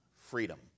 freedom